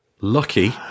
lucky